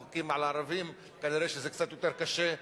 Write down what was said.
החוקים על ערבים זה כנראה קצת יותר קשה,